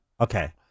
Okay